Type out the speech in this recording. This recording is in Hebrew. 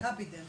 מכבידנט